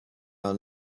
our